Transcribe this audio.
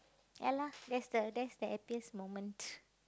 ya lah that's the that's the happiest moment